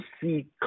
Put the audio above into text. see